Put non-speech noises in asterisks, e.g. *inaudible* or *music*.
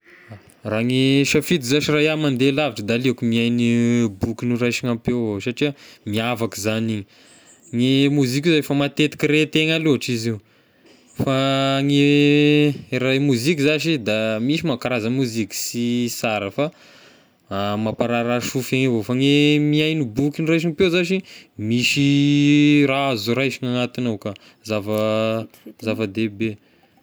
*noise* Raha gne safidy zashy raha iahy mandeha lavitra da aleoko mihaigno boky noraisigna am-peo avao satria miavaka zagny igny, gne mozika zay efa matetiky rehy tegna loatra izy io fa ny raha gne mozika zashy da misy manko karaza moziky sy sara fa *hesitation* mampararirary sofigna avao, fa ny mihaigno boky noraisim-peo zashy misy raha azo raisigna anatigny ao ka, zava *noise* zava-dehibe.